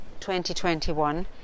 2021